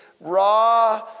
raw